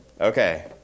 Okay